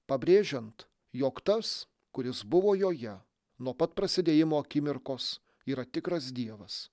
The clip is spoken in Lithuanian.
pabrėžiant jog tas kuris buvo joje nuo pat prasidėjimo akimirkos yra tikras dievas